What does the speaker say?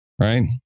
right